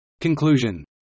Conclusion